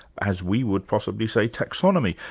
as we would possibly say, taxonomy,